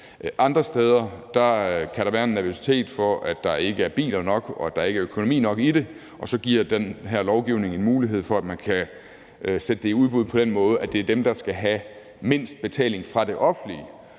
Andre steder kan der være en nervøsitet for, at der ikke er biler nok, og at der ikke er økonomi nok i det, og så giver den her lovgivning en mulighed for, at man kan sende det i udbud på den måde, at det er dem, der skal have mindst betaling fra det offentlige,